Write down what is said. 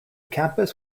campus